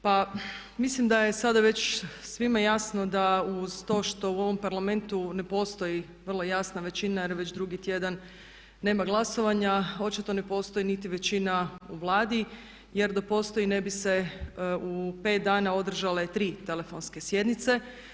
Pa mislim da je sada već svima jasno da uz to što u ovom Parlamentu ne postoji vrlo jasna većina jer već drugi tjedan nema glasovanja očito ne postoji niti većina u Vladi jer da postoji ne bi se u pet dana održale tri telefonske sjednice.